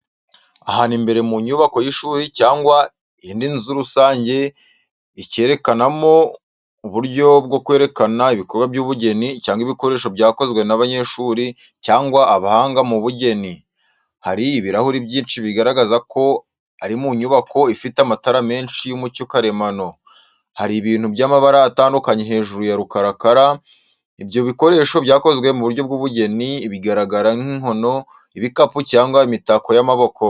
Ahantu imbere mu nyubako y’ishuri cyangwa indi nzu rusange ikerekanamo uburyo bwo kwerekana ibikorwa by’ubugeni cyangwa ibikoresho byakozwe n'abanyeshuri cyangwa abahanga mu bugeni. Hari ibirahuri byinshi bigaragaza ko ari mu nyubako ifite amatara menshi y’umucyo karemano. Hari ibintu by’amabara atandukanye hejuru ya rukarakara. Ibyo ni ibikoresho byakozwe mu buryo bw’ubugeni, bigaragara nk’inkono, ibikapu, cyangwa imitako y’amaboko.